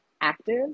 active